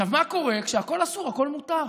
עכשיו מה קורה, כשהכול אסור הכול מותר.